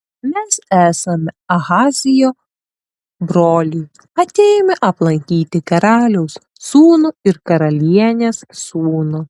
mes esame ahazijo broliai atėjome aplankyti karaliaus sūnų ir karalienės sūnų